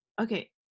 Okay